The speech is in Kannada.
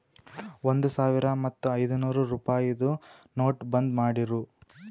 ಒಂದ್ ಸಾವಿರ ಮತ್ತ ಐಯ್ದನೂರ್ ರುಪಾಯಿದು ನೋಟ್ ಬಂದ್ ಮಾಡಿರೂ